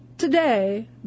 Today